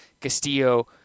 Castillo